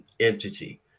entity